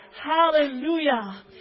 hallelujah